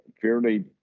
fairly